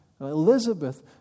Elizabeth